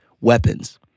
weapons